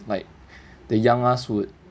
like the young us would